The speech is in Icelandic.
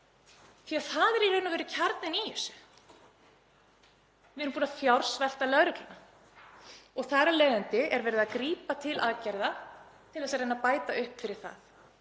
því það er í raun og veru kjarninn í þessu. Við erum búin að fjársvelta lögregluna. Þar af leiðandi er verið að grípa til aðgerða til að reyna að bæta upp fyrir það.